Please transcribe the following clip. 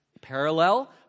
parallel